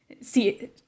see